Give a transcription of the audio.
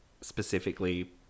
specifically